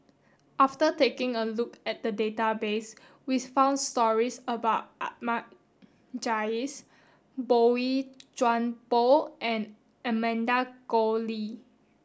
after taking a look at the database we found stories about Ahmad Jais Boey Chuan Poh and Amanda Koe Lee